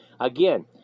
Again